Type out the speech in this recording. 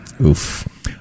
Oof